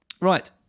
Right